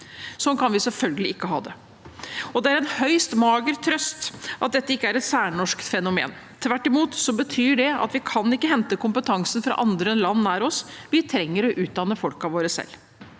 Sånn kan vi selvfølgelig ikke ha det, og det er en høyst mager trøst at dette ikke er et særnorsk fenomen. Tvert imot betyr det at vi ikke kan hente kompetansen fra andre land nær oss; vi trenger å utdanne folkene våre selv.